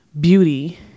beauty